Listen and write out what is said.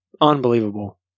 Unbelievable